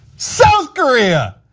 south korea.